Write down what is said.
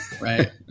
Right